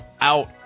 out